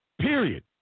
Period